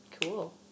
Cool